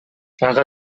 ага